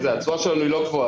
התשואה שלנו היא לא גבוהה.